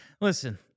Listen